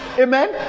Amen